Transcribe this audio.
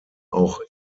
auch